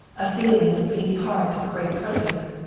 a feeling of being part of a great purpose.